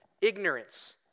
ignorance